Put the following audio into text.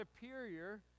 superior